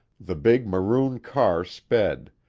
the big maroon car sped,